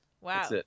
Wow